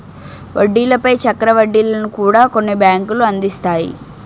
వడ్డీల పై చక్ర వడ్డీలను కూడా కొన్ని బ్యాంకులు అందిస్తాయి